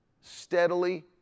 steadily